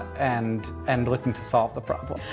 and and looking to solve the problem.